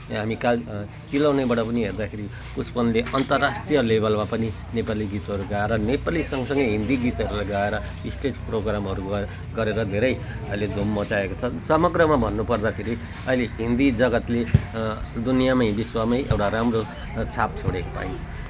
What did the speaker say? यहाँ हामी काल चिलाउनेबाट पनि हेर्दाखेरि पुष्पनले अन्तर्राष्ट्रिय लेभलमा पनि नेपाली गीतहरू गाएर नेपाली सँगसँगै हिन्दी गीतहरू गाएर स्टेज प्रोग्रामहरू ग गरेर धेरै अहिले धुम मच्चाएको छन् समग्रमा भन्नुुपर्दाखेरि अहिले हिन्दी जगत्ले दुनियाँमा हिन्दी विश्ममै एउटा राम्रो छाप छोडेको पाइन्छ